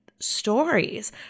stories